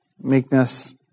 meekness